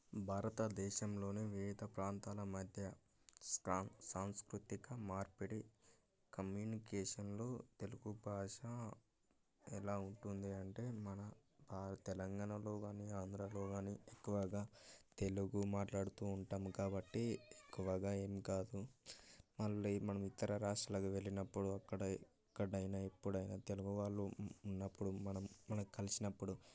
భారతదేశంలోని వివిధ ప్రాంతాల మధ్య సాం సాంస్కృతిక మార్పిడి కమ్యూనికేషన్లో తెలుగు భాష ఎలా ఉంటుంది అంటే మన తెలంగాణలో కానీ ఆంధ్రలో కానీ ఎక్కువగా తెలుగు మాట్లాడుతు ఉంటాము కాబట్టి ఎక్కువగా ఏం కాదు మనం మనం ఇతర రాష్ట్రాలకు వెళ్ళినప్పుడు అక్కడ ఎక్కడైనా ఎప్పుడైనా తెలుగు వాళ్ళు ఉన్నప్పుడు మనం మనం కలిసినప్పుడు